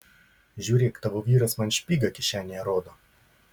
žiūrėk tavo vyras man špygą kišenėje rodo